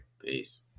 Peace